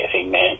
Amen